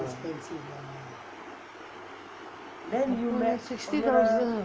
sixty thousand